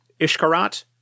Ishkarat